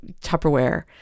Tupperware